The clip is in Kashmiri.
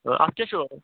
اَتھ کیٛاہ چھُ